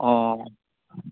অ